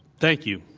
thank you.